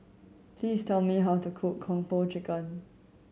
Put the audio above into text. please tell me how to cook Kung Po Chicken